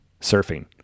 surfing